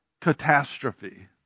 catastrophe